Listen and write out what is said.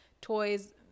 toys